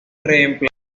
reemplazó